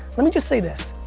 let me just say this.